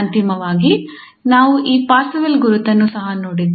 ಅಂತಿಮವಾಗಿ ನಾವು ಈ ಪಾರ್ಸೆವಲ್ ಗುರುತನ್ನು Parseval's identity ಸಹ ನೋಡಿದ್ದೇವೆ